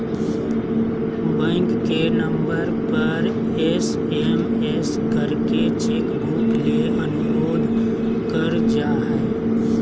bank के नम्बर पर एस.एम.एस करके चेक बुक ले अनुरोध कर जा हय